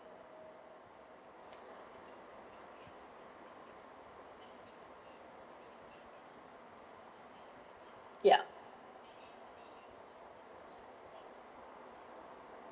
yup